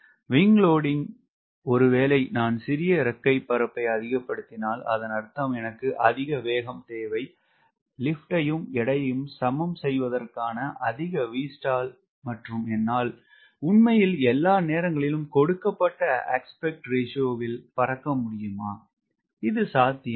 WS ல் ஒருவேளை நான் சிறிய இறக்கை பரப்பை அதிகப்படுத்தினால் அதன் அர்த்தம் எனக்கு அதிக வேகம் தேவை லிப்ட் யும் எடையையும் சமன் செய்வதற்கான அதிக Vstall மற்றும் என்னால் உண்மையில் எல்லா நேரங்களிலும் கொடுக்கப்பட்ட அஸ்பக்ட் ரேஷியோ ல் பறக்க முடியுமா இது சாத்தியமா